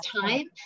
time